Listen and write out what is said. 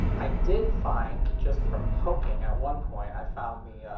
i did find, just from poking at one point i found the